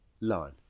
line